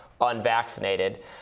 unvaccinated